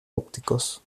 ópticos